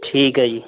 ਠੀਕ ਹੈ ਜੀ